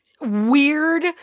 weird